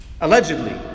Allegedly